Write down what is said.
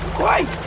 why.